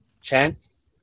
chance